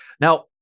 Now